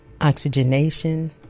oxygenation